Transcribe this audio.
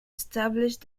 established